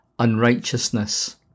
unrighteousness